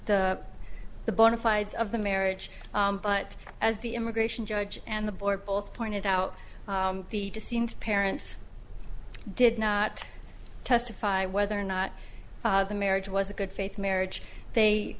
the bona fides of the marriage but as the immigration judge and the board both pointed out to seems parents did not testify whether or not the marriage was a good faith marriage they